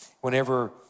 whenever